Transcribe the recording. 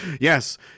yes